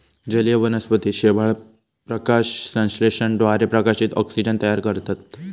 जलीय वनस्पती शेवाळ, प्रकाशसंश्लेषणाद्वारे प्रकाशात ऑक्सिजन तयार करतत